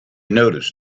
noticed